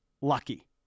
Lucky